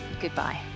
goodbye